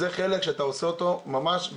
זה חלק שאתה עושה אותו ממש,